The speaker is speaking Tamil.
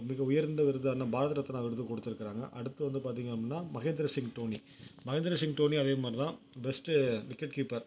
மிக உயர்ந்த விருதான பாரத ரத்னா விருது கொடுத்துருக்கறாங்க அடுத்து வந்து பார்த்தீங்க அப்படின்னா மகேந்திர சிங் டோனி மகேந்திர சிங் டோனியும் அதே மாதிரி தான் பெஸ்ட்டு விக்கெட் கீப்பர்